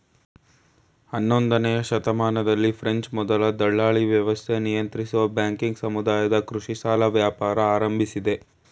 ಹನ್ನೊಂದನೇಯ ಶತಮಾನದಲ್ಲಿ ಫ್ರೆಂಚ್ ಮೊದಲ ದಲ್ಲಾಳಿವ್ಯವಸ್ಥೆ ನಿಯಂತ್ರಿಸುವ ಬ್ಯಾಂಕಿಂಗ್ ಸಮುದಾಯದ ಕೃಷಿ ಸಾಲ ವ್ಯಾಪಾರ ಆರಂಭಿಸಿದೆ